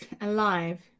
alive